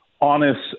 honest